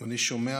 אני שומע